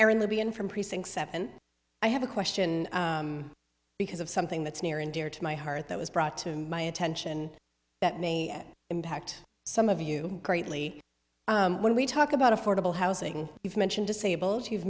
aaron libyan from precinct seven i have a question because of something that's near and dear to my heart that was brought to my attention that me at impact some of you greatly when we talk about affordable housing you've mentioned disabled